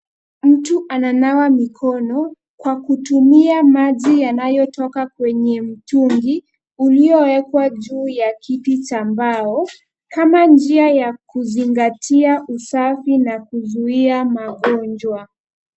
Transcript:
Mtu ananawa mikono kwa kutumia maji yanayotoka kwenye mtungi uliowekwa juu ya kiti cha mbao, kama njia ya kuzingatia usafi na kuzuia magonjwa.